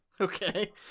Okay